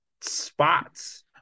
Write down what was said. spots